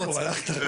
הארצית.